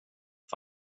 upp